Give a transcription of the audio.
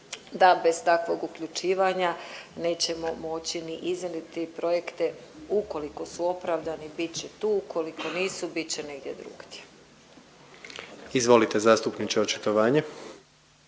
da bez takvog uključivanja nećemo moći ni izraditi projekte. Ukoliko su opravdani bit će tu, ukoliko nisu bit će negdje drugdje. **Jandroković,